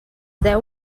deu